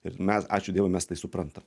ir mes ačiū dievui mes tai suprantam